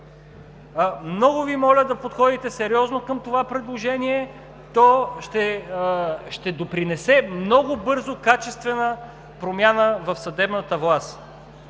Много Ви моля да подходите сериозно към това предложение. То ще допринесе много бързо качествена промяна в съдебната власт.